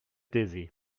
dizzy